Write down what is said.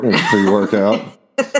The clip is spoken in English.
pre-workout